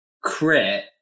crit